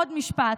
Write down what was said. עוד משפט.